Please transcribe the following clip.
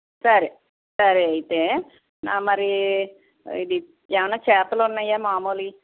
సరే సరే అయితే మరి ఇది ఏమన్నా చేపలున్నాయా మామూలువి